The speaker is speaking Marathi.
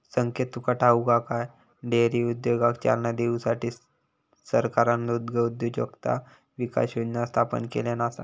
संकेत तुका ठाऊक हा काय, डेअरी उद्योगाक चालना देऊसाठी सरकारना दुग्धउद्योजकता विकास योजना स्थापन केल्यान आसा